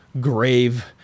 grave